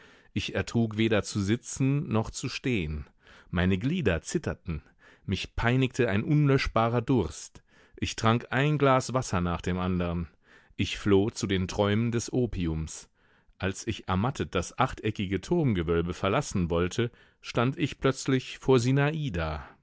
ich ertrug weder zu sitzen noch zu stehen meine glieder zitterten mich peinigte ein unlöschbarer durst ich trank ein glas wasser nach dem anderen ich floh zu den träumen des opiums als ich ermattet das achteckige turmgewölbe verlassen wollte stand ich plötzlich vor